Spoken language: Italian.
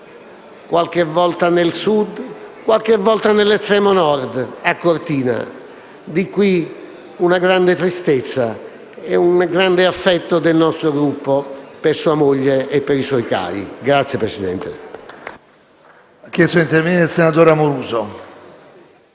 qualche volta nel Sud e qualche volta nell'estremo Nord, a Cortina. Di qui una grande tristezza e un grande affetto del nostro Gruppo per sua moglie e i suoi cari. *(Applausi